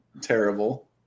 terrible